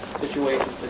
situation